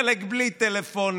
חלק בלי טלפונים,